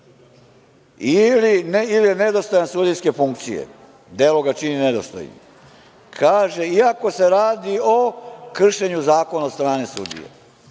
ili je nedostojan sudijske funkcije, delo ga čini nedostojnim. Kaže - i ako se radi o kršenju zakona od strane sudije.